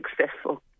successful